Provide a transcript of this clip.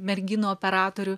merginų operatorių